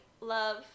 love